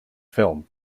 film